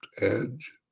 Edge